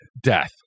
Death